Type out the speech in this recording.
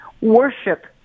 worship